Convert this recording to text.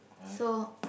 so